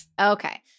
Okay